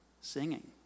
singing